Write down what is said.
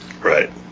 Right